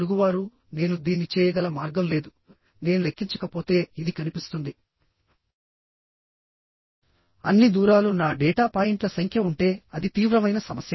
మనం ఇంతకు ముందు చెప్పుకున్నట్టు గా వేరియబుల్ నేమ్ n అనేది క్రిటికల్ సెక్షన్ లో ఉన్న నంబర్ ఆఫ్ బోల్ట్ హోల్స్